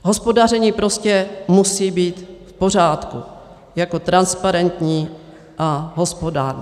Hospodaření prostě musí být v pořádku jako transparentní a hospodárné.